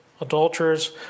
adulterers